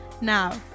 Now